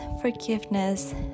forgiveness